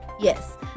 Yes